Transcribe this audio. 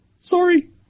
Sorry